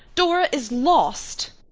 dora is lost!